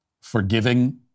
forgiving